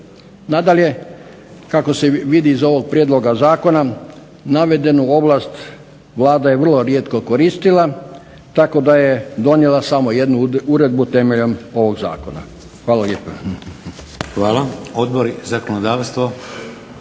Nadalje, kako se vidi iz ovog Prijedloga zakona navedenu ovlast vlada je vrlo rijetko koristila tako da je donijela samo jednu uredbu temeljem ovog zakona. Hvala lijepa.